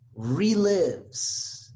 relives